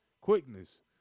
quickness